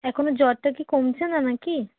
এখনও জ্বরটা কি কমছে না না কি